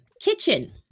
Kitchen